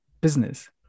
business